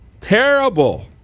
Terrible